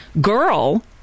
girl